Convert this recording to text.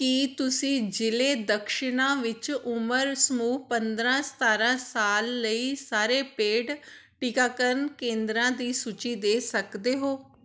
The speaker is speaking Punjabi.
ਕੀ ਤੁਸੀਂ ਜ਼ਿਲ੍ਹੇ ਦਕਸ਼ਿਨਾ ਵਿੱਚ ਉਮਰ ਸਮੂਹ ਪੰਦਰ੍ਹਾਂ ਸਤਾਰ੍ਹਾਂ ਸਾਲ ਲਈ ਸਾਰੇ ਪੇਡ ਟੀਕਾਕਰਨ ਕੇਂਦਰਾਂ ਦੀ ਸੂਚੀ ਦੇ ਸਕਦੇ ਹੋ